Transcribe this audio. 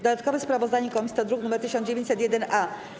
Dodatkowe sprawozdanie Komisji to druk nr 1901-A.